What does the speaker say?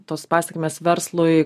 tos pasekmės verslui